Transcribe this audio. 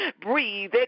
breathe